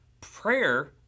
prayer